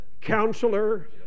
Counselor